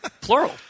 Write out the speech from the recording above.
Plural